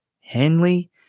Henley